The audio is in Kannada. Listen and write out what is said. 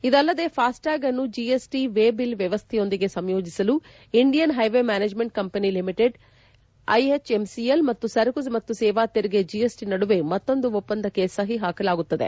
ಇದಲ್ಲದೆ ಫಾಸ್ಟ್ ಟ್ಲಾಗ್ ಅನ್ನು ಜಿಎಸ್ ಟಿ ವೇ ಬಿಲ್ ವ್ಲವಸ್ವೆಯೊಂದಿಗೆ ಸಂಯೋಜಿಸಲು Indian highway management company limited IHMCL ಮತ್ತು ಸರಕು ಮತ್ತು ಸೇವಾ ತೆರಿಗೆ ಜಿಎಸ್ಟಿ ನಡುವೆ ಮತ್ತೊಂದು ಒಪ್ಪಂದಕ್ಕೆ ಸಹಿ ಹಾಕಲಾಗುತ್ತದೆ